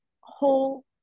whole